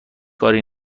کاری